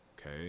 okay